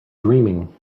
dreaming